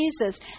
Jesus